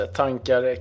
tankar